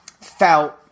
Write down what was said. felt